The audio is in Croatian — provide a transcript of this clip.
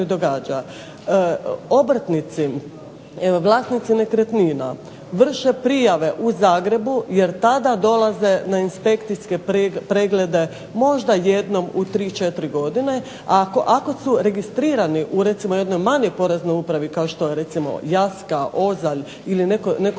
Obrtnici vlasnici nekretnina vrše prijave u Zagrebu jer tada dolaze na inspekcijske preglede možda jednom u 3, 4 godine, a ako su registrirani u recimo jednoj manjoj Poreznoj upravi kao što je recimo Jaska, Ozalj ili neko